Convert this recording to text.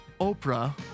Oprah